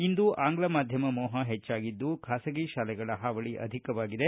ಇಂದು ಆಂಗ್ಲಮಾಧ್ಯಮ ವ್ಯಾಮೋಹ ಹೆಚ್ಚಾಗಿದ್ದು ಖಾಸಗಿ ಶಾಲೆಗಳ ಹಾಳಿ ಅಧಿಕವಾಗಿದೆ